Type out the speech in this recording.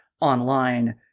online